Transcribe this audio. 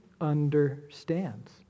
understands